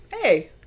Hey